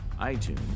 iTunes